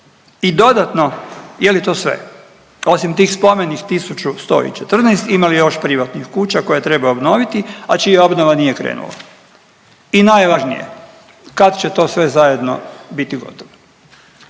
I dodatno je li to sve, osim tih spomenih 1.114 ima li još privatnih kuća koje treba obnoviti, a čija obnova nije krenula. I najvažnije kad će to sve zajedno biti gotovo.